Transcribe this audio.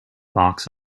box